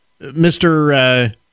Mr